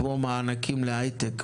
כמו מענקים להייטק,